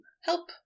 help